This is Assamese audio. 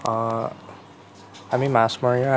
আমি মাছমৰীয়া